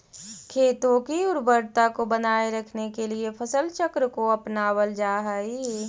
खेतों की उर्वरता को बनाए रखने के लिए फसल चक्र को अपनावल जा हई